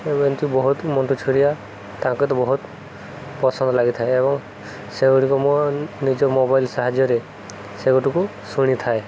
ଏମିତି ବହୁତ ମଣ୍ଟୁ ଛୁଡ଼ିଆ ତାଙ୍କେ ତ ବହୁତ ପସନ୍ଦ ଲାଗିଥାଏ ଏବଂ ସେଗୁଡ଼ିକ ମୁଁ ନିଜ ମୋବାଇଲ ସାହାଯ୍ୟରେ ସେଗୁଡ଼ିକୁ ଶୁଣିଥାଏ